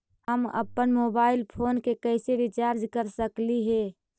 हम अप्पन mobile phone के कैसे रिचार्ज कर सकली हे?